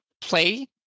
play